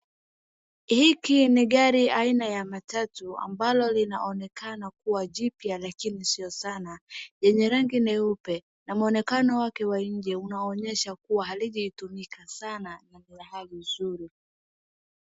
Hiki ni gari aina ya matatu ambalo linaonekana kuwa jipya lakini sio sana, yenye rangi nyeupe na mwonekano wake wa nje unaonyesha kuwa halijatumika sana na lina hali nzuri.